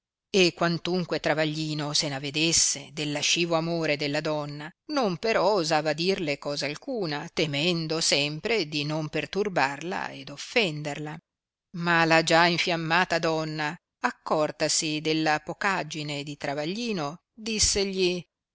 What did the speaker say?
e quantunque travaglino se n avedesse del lascivo amore della donna non però osava dirle cosa alcuna temendo sempre di non perturbarla ed offenderla ma la già infiammata donna accortasi della pocagine di travaglino dissegli